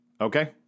Okay